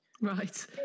Right